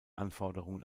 anforderungen